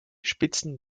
spitzen